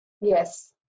Yes